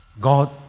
God